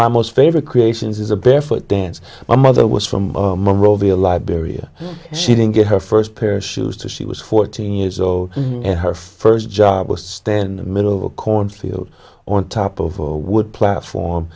my most favorite creations is a barefoot dance my mother was from monrovia liberia she didn't get her first pair of shoes to she was fourteen years old and her first job was stand the middle of a cornfield on top of or would platform